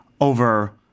over